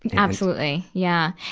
and absolutely. yeah.